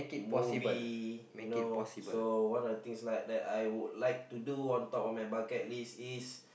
movie you know so what are the things like that I would like to do on top of my bucket list is